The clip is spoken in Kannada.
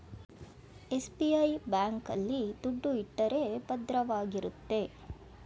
ಎಸ್.ಬಿ.ಐ ಬ್ಯಾಂಕ್ ಆಲ್ಲಿ ದುಡ್ಡು ಇಟ್ಟರೆ ಭದ್ರವಾಗಿರುತ್ತೆ